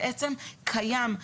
בעצם קיים.